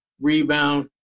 rebound